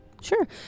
Sure